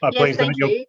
ah please limit your